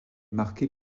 marquée